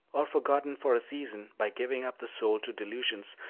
or forgotten for a season, by giving up the soul to delusions,